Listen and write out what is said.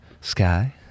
sky